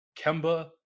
Kemba